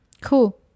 Cool